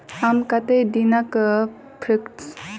हम कतेक दिनक फिक्स्ड डिपोजिट करा सकैत छी?